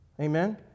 Amen